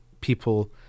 people